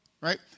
Right